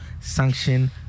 sanction